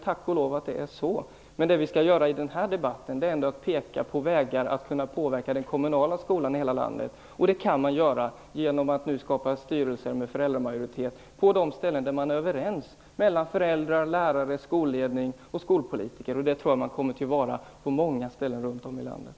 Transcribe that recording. I den här debatten skall vi peka på vägar för att kunna påverka den kommunala skolan i hela landet. Det kan vi göra genom att skapa styrelser med föräldramajoritet på de ställen där föräldrar, lärare, skolledning och skolpolitiker är överens. Jag tror att man kommer att vara överens på många ställen runt om i landet.